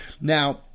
Now